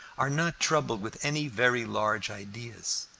are not troubled with any very large ideas,